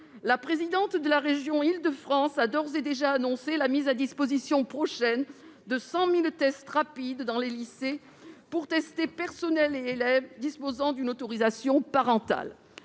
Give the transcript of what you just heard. La présidente de la région Île-de-France a d'ores et déjà annoncé la mise à disposition prochaine de 100 000 tests rapides dans les lycées afin de tester les personnels, ainsi que les élèves disposant d'une autorisation parentale.